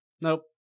Nope